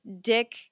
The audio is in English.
Dick